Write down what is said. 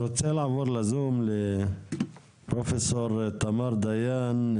אני רוצה לעבור לזום לפרופ' תמר דיין,